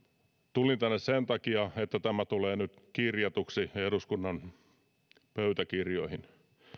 tulin tänne sen takia että tämä tulee nyt kirjatuksi eduskunnan pöytäkirjoihin